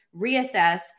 reassess